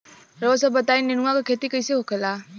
रउआ सभ बताई नेनुआ क खेती कईसे होखेला?